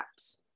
apps